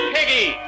Piggy